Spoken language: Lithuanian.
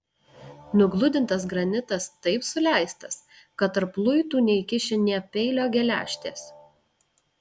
nugludintas granitas taip suleistas kad tarp luitų neįkiši nė peilio geležtės